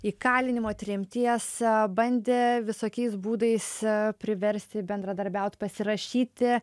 įkalinimo tremties bandė visokiais būdais priversti bendradarbiaut pasirašyti